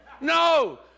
No